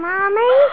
Mommy